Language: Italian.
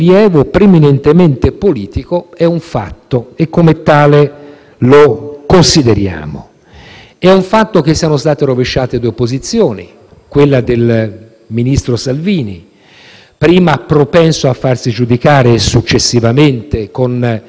È un fatto che siano state rovesciate due posizioni: quella del ministro Salvini, prima propenso a farsi giudicare e, successivamente, con evidente esempio di camaleontismo, propenso, invece, a farsi proteggere dall'Assemblea.